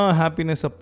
happiness